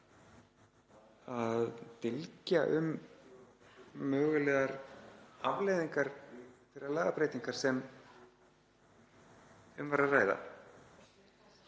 að dylgja um mögulegar afleiðingar þeirrar lagabreytingar sem um var að ræða.